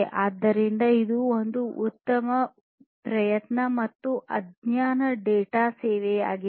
ಆದ್ದರಿಂದ ಇದು ಒಂದು ಉತ್ತಮ ಪ್ರಯತ್ನ ಮತ್ತು ಅಜ್ಞಾತ ಡೇಟಾ ಸೇವೆಯಾಗಿದೆ